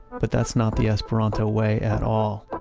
but that's not the esperanto way at all.